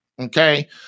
Okay